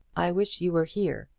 i wish you were here,